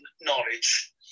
knowledge